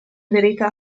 verità